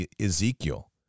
Ezekiel